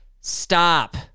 stop